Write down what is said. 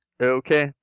okay